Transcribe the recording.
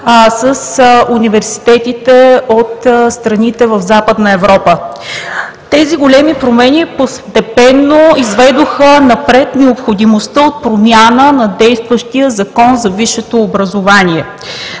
с университетите от страните в Западна Европа. Тези големи промени постепенно изведоха напред необходимостта от промяна на действащия Закон за висшето образование,